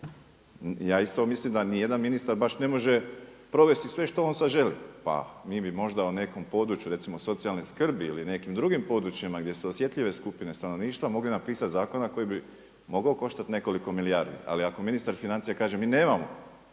Ja isto mislim da ni jedan ministar baš ne može provesti sve što on sada želi. Pa mi bi možda o nekom području, recimo socijalne skrbi ili nekim drugim područjima gdje su osjetljive skupine stanovništva mogli napisati zakon koji bi mogao koštati nekoliko milijardi. Ali ako ministar financija kaže mi nemamo,